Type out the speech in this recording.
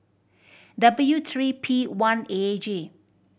W three P one A G